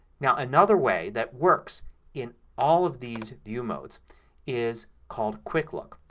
now another way that works in all of these view modes is called quick look.